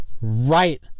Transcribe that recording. Right